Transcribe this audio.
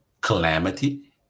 Calamity